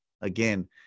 Again